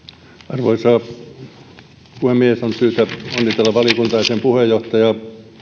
arvoisa puhemies on syytä onnitella valiokuntaa ja sen puheenjohtajaa